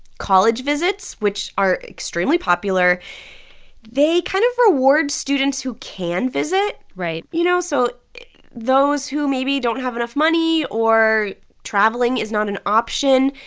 college visits, which are extremely popular they kind of reward students who can visit right you know? so those who maybe don't have enough money or traveling is not an option,